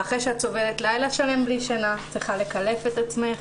ואחרי שאת סובלת לילה שלם בלי שינה את צריכה לקלף את עצמך,